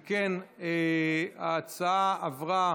אם כן, ההצעה עברה